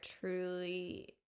truly